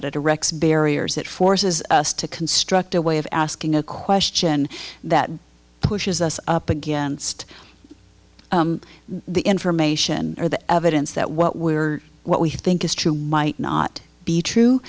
direct barriers that forces us to construct a way of asking a question that pushes us up against the information or the evidence that what we are what we think is true might not be true